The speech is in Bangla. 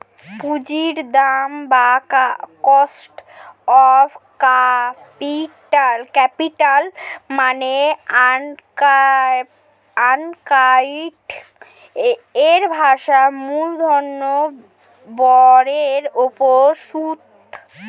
পুঁজির দাম বা কস্ট অফ ক্যাপিটাল মানে অ্যাকাউন্টিং এর ভাষায় মূলধন ব্যয়ের উপর সুদ